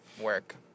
work